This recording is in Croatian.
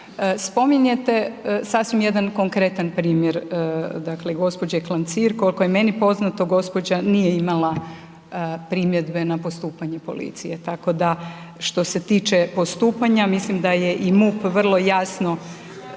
Spominjete sasvim jedan konkretan primjer dakle gospođe Klancir, koliko je meni poznato, gospođa nije imala primjedbe na postupanje policije, tako da što se tiče postupanja mislim da je i MUP vrlo jasno,